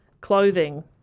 clothing